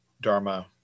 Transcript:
Dharma